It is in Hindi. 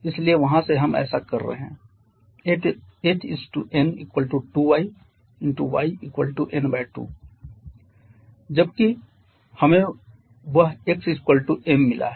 इसलिए वहां से हम ऐसा कर रहे हैं H n 2y 🡺 y n2 जबकि यहाँ हमें वह xm मिला है